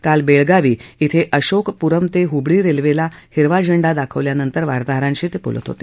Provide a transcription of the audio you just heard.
काल बेळगावी इथं अशोकपूरम ते हुबळी रेल्वेला हिरवा झेंडा दाखवल्यानंतर वार्ताहरांशी ते बोलत होते